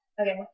Okay